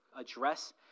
address